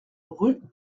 rue